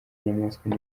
inyamaswa